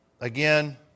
again